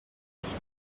menshi